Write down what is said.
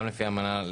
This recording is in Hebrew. גם לפי האמנה,